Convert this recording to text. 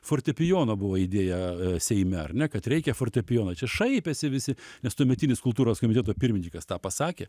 fortepijono buvo idėja seime ar ne kad reikia fortepijono čia šaipėsi visi nes tuometinis kultūros komiteto pirmininkas tą pasakė